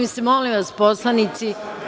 Molim vas poslanici.